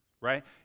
right